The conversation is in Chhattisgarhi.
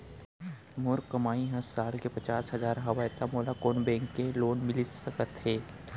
मोर कमाई ह साल के पचास हजार हवय त मोला कोन बैंक के लोन मिलिस सकथे?